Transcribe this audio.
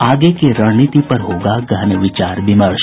आगे की रणनीति पर होगा गहन विचार विमर्श